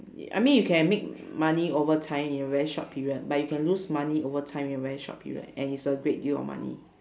y~ I mean you can make money over time in a very short period but you can lose money over time in a very short period and it's a great deal of money